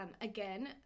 again